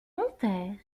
montèrent